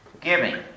giving